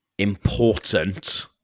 Important